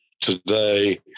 today